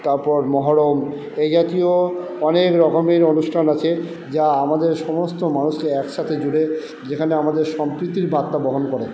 তারপর মহরম এই জাতীয় অনেক রকমের অনুষ্ঠান আছে যা আমাদের সমস্ত মানুষকে এক সাথে জুড়ে যেখানে আমাদের সম্প্রীতির বার্তা বহন করে